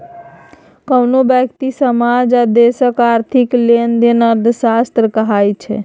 कोनो ब्यक्ति, समाज आ देशक आर्थिक लेबदेब अर्थशास्त्र कहाइ छै